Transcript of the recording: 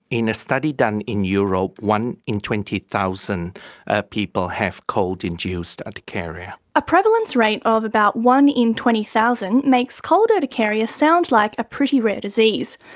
in a study done in europe, one in twenty thousand people have cold induced urticaria. a prevalence rate of about one in twenty thousand makes cold urticaria sound like a pretty rare disease,